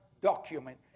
document